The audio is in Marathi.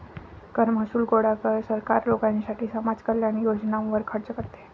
कर महसूल गोळा कर, सरकार लोकांसाठी समाज कल्याण योजनांवर खर्च करते